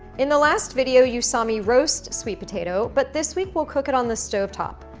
in the last video you saw me roast sweet potato, but this week we'll cook it on the stove top.